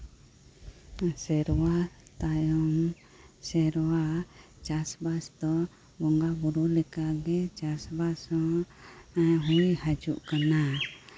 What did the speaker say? ᱥᱮᱨᱢᱟ ᱛᱟᱭᱚᱢ ᱥᱮᱨᱢᱟ ᱪᱟᱥᱵᱟᱥ ᱫᱚ ᱵᱚᱸᱜᱟ ᱵᱩᱨᱩ ᱞᱮᱠᱟᱜᱮ ᱪᱟᱥᱵᱟᱥ ᱦᱚᱸ ᱦᱩᱭ ᱦᱤᱡᱩᱜ ᱠᱟᱱᱟ